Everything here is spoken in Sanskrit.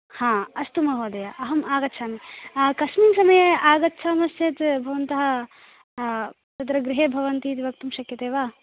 हा अस्तु महोदय अहं आगच्छामि कस्मिन् समये आगच्छामश्चेत् भवन्तः तत्र गृहे भवन्तीति वक्तुं शक्यते वा